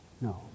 No